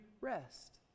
rest